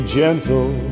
gentle